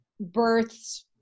births